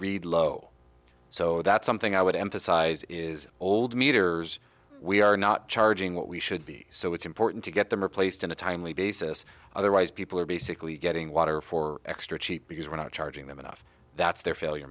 read low so that's something i would emphasise is old meters we are not charging what we should be so it's important to get them are placed in a timely basis otherwise people are basically getting water for extra cheap because we're not charging them enough that's their failure